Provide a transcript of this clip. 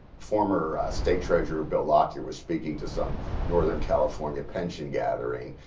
former state treasurer bill lockyer was speaking to some northern california pension gathering.